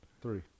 Three